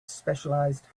specialized